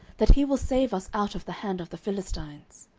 that he will save us out of the hand of the philistines.